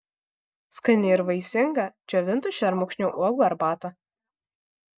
skani ir vaistinga džiovintų šermukšnio uogų arbata